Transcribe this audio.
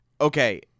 Okay